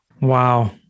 Wow